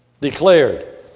declared